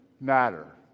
matter